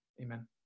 Amen